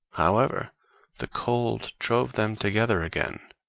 however the cold drove them together again,